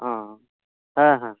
ᱚᱻ ᱦᱮ ᱦᱮᱸ